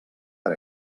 per